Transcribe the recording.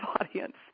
audience